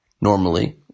normally